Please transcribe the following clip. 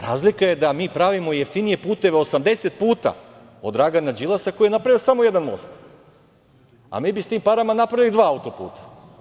Razlika je da mi pravimo jeftinije puteve 80 puta od Dragana Đilasa koji je napravio samo jedan most, a mi bismo sa tim parama napravili dva auto-puta.